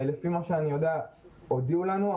לפי מה שאני יודע הודיעו לנו,